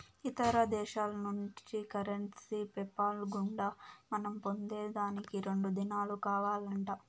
ఇతర దేశాల్నుంచి currency PayPal గుండా మనం పొందేదానికి రెండు దినాలు కావాలంట